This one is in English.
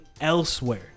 elsewhere